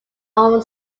own